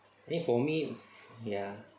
I mean for me ya